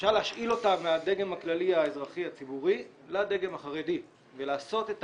אפשר להשאיל אותם מהדגם הכללי האזרחי הציבורי לדגם החרדי ולעשות את